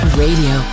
radio